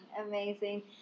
amazing